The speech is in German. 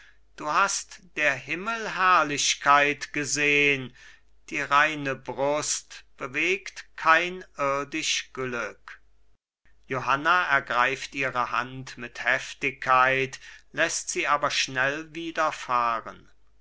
du hast der himmel herrlichkeit gesehn die reine brust bewegt kein irdisch glück johanna ergreift ihre hand mit heftigkeit läßt sie aber schnell